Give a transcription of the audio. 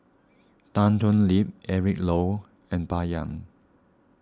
Tan Thoon Lip Eric Low and Bai Yan